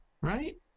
right